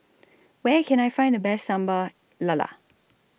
Where Can I Find The Best Sambal Lala